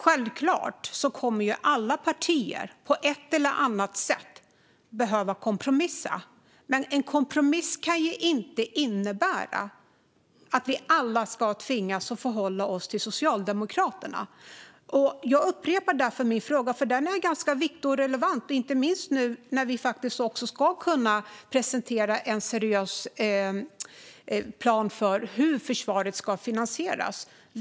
Givetvis kommer alla partier att på ett eller annat sätt behöva kompromissa, men en kompromiss kan inte innebära att vi alla ska tvingas förhålla oss till Socialdemokraterna. Jag upprepar därför min fråga, som är viktig och relevant, inte minst nu när vi ska presentera en seriös plan för hur försvaret ska finansieras.